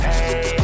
Hey